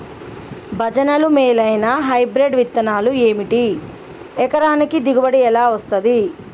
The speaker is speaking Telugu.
భజనలు మేలైనా హైబ్రిడ్ విత్తనాలు ఏమిటి? ఎకరానికి దిగుబడి ఎలా వస్తది?